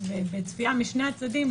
מצפייה בשני הצדדים,